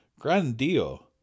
Grandio